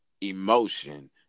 emotion